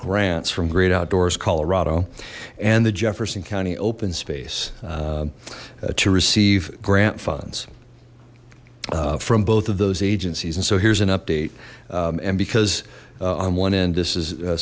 grants from great outdoors colorado and the jefferson county open space to receive grant funds from both of those agencies and so here's an update and because on one end this is